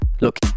Look